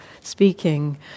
speaking